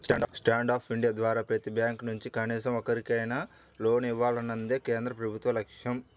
stand up India ద్వారా ప్రతి bank నుంచి కనీసం ఒక్కరికైనా లోన్ ఇవ్వాలన్నదే కేంద్ర ప్రభుత్వ లక్ష్యం